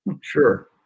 Sure